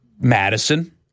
Madison